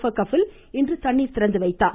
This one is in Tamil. பர் கபில் இன்று தண்ணீர் திறந்து வைத்தார்